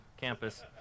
campus